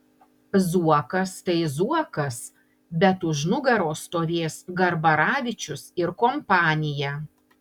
zuokas tai zuokas bet už nugaros stovės garbaravičius ir kompanija